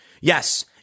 Yes